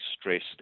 stressed